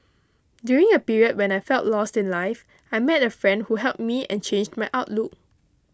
during a period when I felt lost in life I met a friend who helped me and changed my outlook